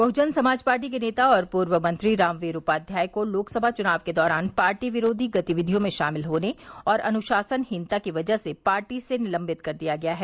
बह्जन समाज पार्टी के नेता और पूर्व मंत्री रामवीर उपाध्याय को लोकसभा चुनाव के दौरान पार्टी विरोधी गतिविधियों में शामिल होने और अनुशासनहीनता की वजह से पार्टी से निलम्बित कर दिया गया है